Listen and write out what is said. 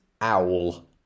owl